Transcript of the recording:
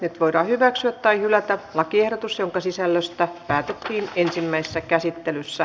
nyt voidaan hyväksyä tai hylätä lakiehdotus jonka sisällöstä päätettiin ensimmäisessä käsittelyssä